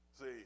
See